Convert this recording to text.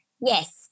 yes